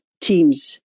teams